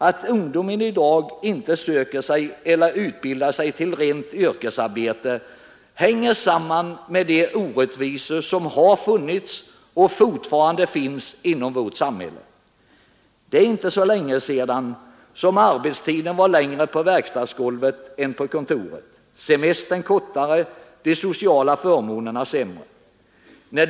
Att ungdomen i dag inte söker sig till eller utbildar sig för rent yrkesarbete hänger samman med de orättvisor som har funnits och fortfarande finns inom vårt samhälle. Det är inte så länge sedan som arbetstiden var längre på verkstadsgolvet än på kontoret. Semestern var kortare, de sociala förmånerna var sämre.